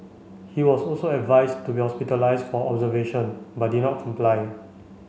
he was also advised to be hospitalised for observation but did not comply